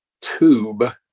tube